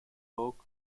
folk